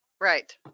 Right